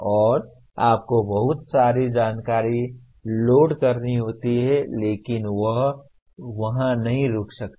और आपको बहुत सारी जानकारी लोड करनी होती है लेकिन यह वहाँ नहीं रुक सकती है